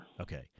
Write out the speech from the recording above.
Okay